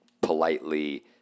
politely